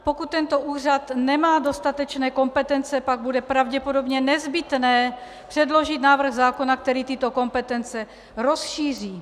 Pokud tento úřad nemá dostatečné kompetence, pak bude pravděpodobně nezbytné předložit návrh zákona, který tyto kompetence rozšíří.